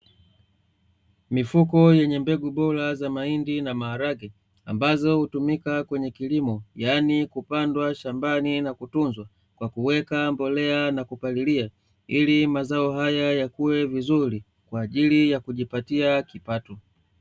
Mifuko yenye mbegu bora za mahindi na maharage ambazo hutumika kwenye kilimo, yaani ili kupandwa shambani na kutunzwa kwa kuweka mbolea na kupalilia, ili mazao haya yakue vizuri kwa ajili ya kujipatia kipato.